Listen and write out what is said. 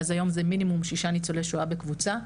היום זה עומד על כשישה ניצולי שואה בקבוצה,